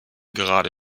gerade